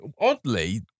oddly